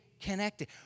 connected